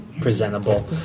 presentable